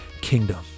kingdom